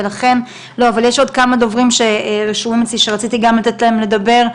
ויש עוד כמה דוברים שרציתי לתת להם לדבר.